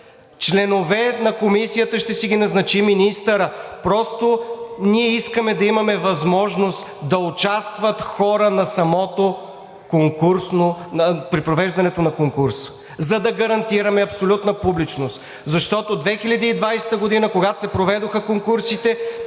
Членовете на Комисията ще си ги назначи министърът – просто ние искаме да имаме възможност да участват хора при провеждането на конкурса, за да гарантираме абсолютна публичност. Защото през 2020 г., когато се проведоха конкурсите,